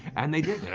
and they did,